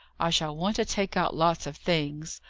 i shall want to take out lots of things.